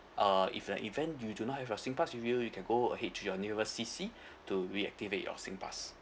uh if in the event you do not have your SINGPASS with you you can go ahead to your nearest C_C to reactivate your SINGPASS